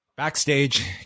Backstage